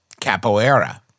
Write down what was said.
Capoeira